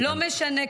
לא משנה.